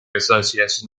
association